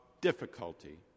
difficulty